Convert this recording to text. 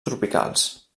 tropicals